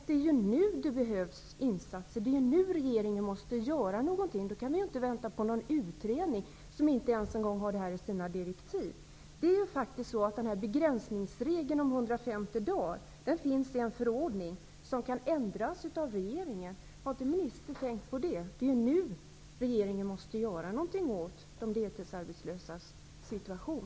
Det är nu det behövs insatser. Det är nu regeringen måste göra något. Vi kan inte vänta på en utredning som inte ens har detta med i sina direktiv. Begränsningsregeln om 150 dagar finns i en förordning som kan ändras av regeringen. Har inte ministern tänkt på det? Det är nu som regeringen måste göra någonting åt de deltidsarbetslösas situation.